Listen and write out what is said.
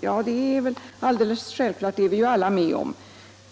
Det är väl alldeles självklart, det är vi alla med om.